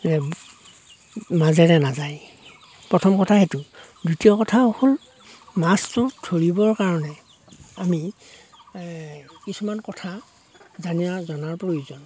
যে মাজেৰে নাযায় প্ৰথম কথা সেইটো দ্বিতীয় কথা হ'ল মাছটো ধৰিবৰ কাৰণে আমি কিছুমান কথা জানি লোৱাৰ জনাৰ প্ৰয়োজন